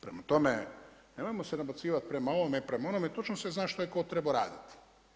Prema tome, nemojmo se nabacivati prema ovome i prema onome, točno se zna tko je šta trebao raditi.